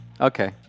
Okay